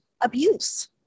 abuse